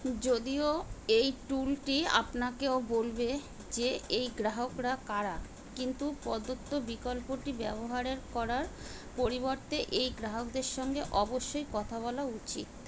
যদিও এই টুলটি আপনাকেও বলবে যে এই গ্রাহকরা কারা কিন্তু প্রদত্ত বিকল্পটি ব্যবহারের করার পরিবর্তে এই গ্রাহকদের সঙ্গে অবশ্যই কথা বলা উচিত